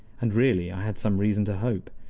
and really i had some reason to hope.